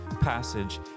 passage